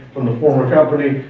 from the former company.